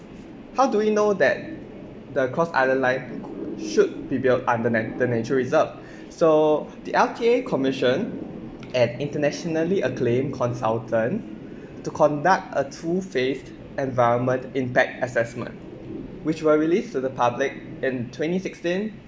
how do we know that the cross island line should be built underneath the na~ the nature reserve so the L_T_A commission at internationally acclaimed consultant to conduct a two phase environment impact assessment which were released to the public in twenty sixteen